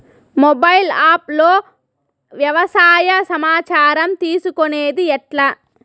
Mobile app లో వ్యవసాయ సమాచారం తీసుకొనేది ఎట్లా?